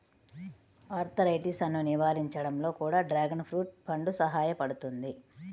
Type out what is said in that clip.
ఆర్థరైటిసన్ను నివారించడంలో కూడా డ్రాగన్ ఫ్రూట్ పండు సహాయపడుతుంది